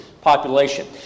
population